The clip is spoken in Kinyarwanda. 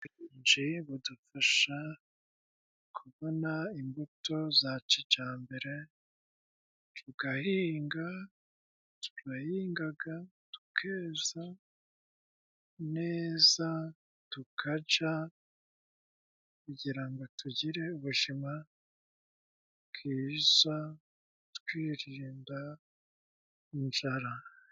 Ubuhinzi budufasha kubona imbuto za kijambere, tugahinga, turahingaga tukeza neza, tukaja kugira ngo tugire ubujima bwiza twirinda inzara.